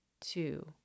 two